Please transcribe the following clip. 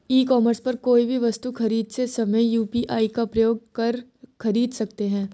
e commerce पर कोई भी वस्तु खरीदते समय यू.पी.आई का प्रयोग कर खरीद सकते हैं